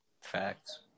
Facts